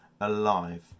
alive